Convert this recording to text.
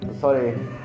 sorry